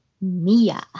Mia